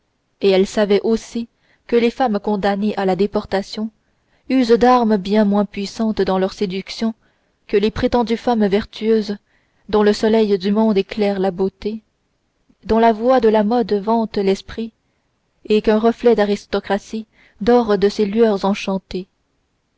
et elle savait aussi que les femmes condamnées à la déportation usent d'armes bien moins puissantes dans leurs séductions que les prétendues femmes vertueuses dont le soleil du monde éclaire la beauté dont la voix de la mode vante l'esprit et qu'un reflet d'aristocratie dore de ses lueurs enchantées